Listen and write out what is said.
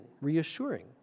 reassuring